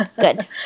Good